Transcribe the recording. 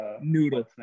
Noodles